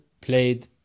played